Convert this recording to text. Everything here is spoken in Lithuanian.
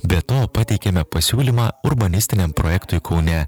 be to pateikėme pasiūlymą urbanistiniam projektui kaune